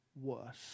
worse